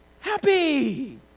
happy